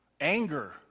Anger